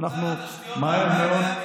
שאנחנו מהר מאוד,